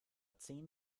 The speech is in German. zehn